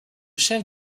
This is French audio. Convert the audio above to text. chef